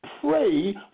pray